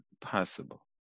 possible